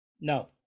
No